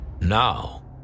Now